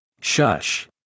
Shush